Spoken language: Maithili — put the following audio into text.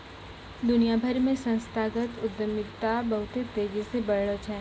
दुनिया भरि मे संस्थागत उद्यमिता बहुते तेजी से बढ़लो छै